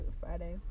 friday